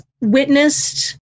witnessed